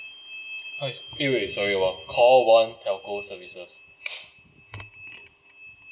eh wait sorry a while call one telco services